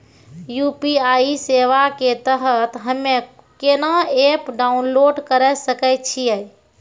UPI सेवा के तहत हम्मे केना एप्प डाउनलोड करे सकय छियै?